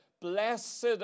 Blessed